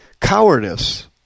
Cowardice